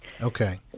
Okay